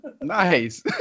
Nice